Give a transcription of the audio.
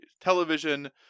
television